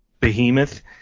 behemoth